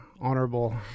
Honorable